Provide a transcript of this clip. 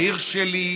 העיר שלי,